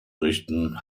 richten